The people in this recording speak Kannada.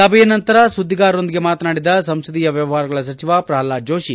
ಸಭೆಯ ನಂತರ ಸುಧ್ಗಿಗಾರರೊಂದಿಗೆ ಮಾತನಾಡಿದ ಸಂಸದೀಯ ವ್ವವಹಾರಗಳ ಸಚಿವ ಪ್ರಹ್ಲಾದ ಜೋಷಿ